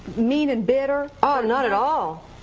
mean and bitter? oh, not at all.